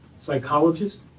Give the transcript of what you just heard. psychologist